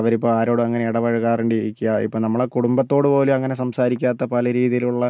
അവര് ഇപ്പോൾ ആരോടും അങ്ങനെ ഇടപഴകാറാണ്ട് ഇരിക്കുക ഇപ്പം നമ്മളുടെ കുടുംബത്തോട് പോലും അങ്ങനെ സംസാരിക്കാത്ത പല രീതിയിലുള്ള